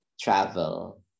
travel